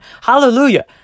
Hallelujah